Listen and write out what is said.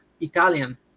Italian